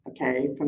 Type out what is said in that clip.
okay